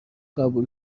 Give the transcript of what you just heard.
قبول